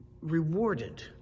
rewarded